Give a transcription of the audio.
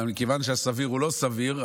אבל מכיוון שהסביר הוא לא סביר,